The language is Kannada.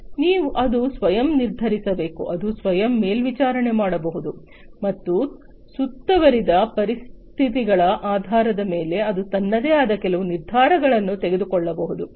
ಆದ್ದರಿಂದ ಅದು ಸ್ವಯಂ ನಿರ್ಧರಿಸಬೇಕು ಅದು ಸ್ವಯಂ ಮೇಲ್ವಿಚಾರಣೆ ಮಾಡಬಹುದು ಮತ್ತು ಸುತ್ತುವರಿದ ಪರಿಸ್ಥಿತಿಗಳ ಆಧಾರದ ಮೇಲೆ ಅದು ತನ್ನದೇ ಆದ ಕೆಲವು ನಿರ್ಧಾರಗಳನ್ನು ತೆಗೆದುಕೊಳ್ಳಬಹುದು